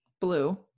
blue